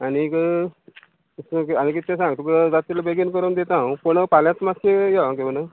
आनीक आनी कितें तें सांग तुका जातल्या बेगीन करून दितां हांव पूण फाल्यांच मातशें यो हा घेवन